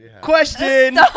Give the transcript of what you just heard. Question